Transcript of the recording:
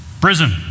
Prison